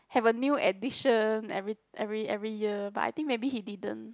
have a new edition every every every year but I think maybe he didn't